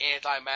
antimatter